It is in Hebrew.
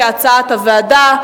כהצעת הוועדה.